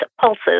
pulses